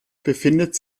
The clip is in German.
befindet